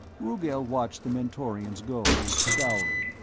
rugel watched the mentorians go, scowling.